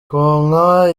konka